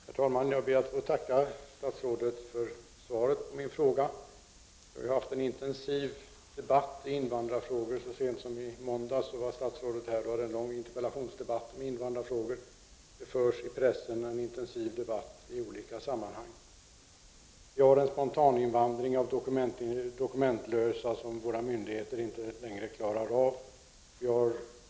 Herr talman! Jag ber att få tacka statsrådet för svaret på min fråga. Det har varit en intensiv debatt i invandrarfrågor, senast i måndags. Då hade statsrådet här en lång interpellationsdebatt om invandrarfrågor. Det förs även i pressen en intensiv debatt i olika sammanhang. Vi har en spontaninvandring av s.k. dokumentlösa flyktingar som myndigheterna inte längre klarar av.